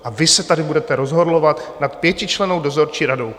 A vy se tady budete rozhorlovat nad pětičlennou dozorčí radou.